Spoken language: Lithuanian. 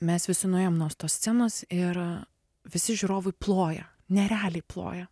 mes visi nuėjom nuo tos scenos ir visi žiūrovai ploja nerealiai ploja